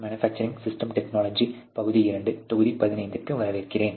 manufacturing system technology பகுதி 2 தொகுதி 15 க்கு வரவேற்கிறேன்